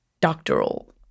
doctoral